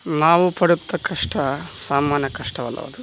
ನಾವು ಪಡುತ್ತ ಕಷ್ಟ ಸಾಮಾನ್ಯ ಕಷ್ಟವಲ್ಲ ಅದು